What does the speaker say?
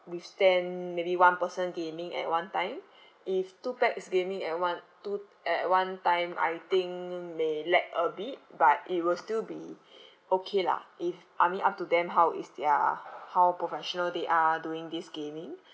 withstand maybe one person gaming at one time if two pax gaming at one two at one time I think may lag a bit but it will still be okay lah if I mean up to them how is their how professional they are doing this gaming